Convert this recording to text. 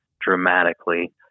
dramatically